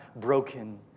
broken